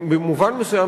במובן מסוים,